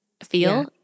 feel